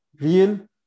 real